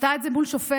ועשתה את זה מול שופט.